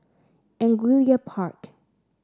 Angullia Park